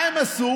מה הם עשו?